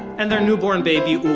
and their newborn baby,